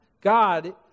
God